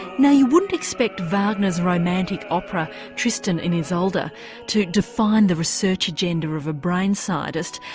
now you wouldn't expect wagner's romantic opera tristan and isolde to define the research agenda of a brain scientist,